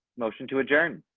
motion to adjourn.